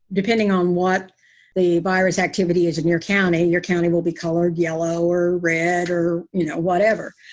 depending on what the virus activity is in your county, your county will be colored yellow or red or you know whatever.